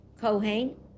Kohen